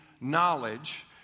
knowledge